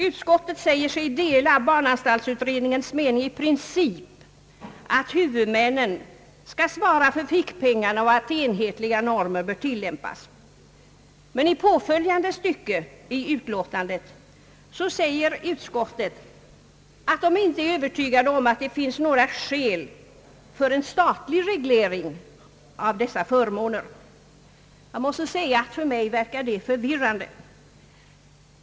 Utskottet säger sig dela barnanstaltsutredningens mening att huvudmännen skall svara för fickpengarna och att enhetliga normer bör tillämpas. Men i påföljande stycke i utlåtandet säger sig utskottet inte vara övertygat om att det finns några skäl för en statlig reglering av dessa förmåner. För mig verkar detta förvirrande.